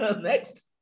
Next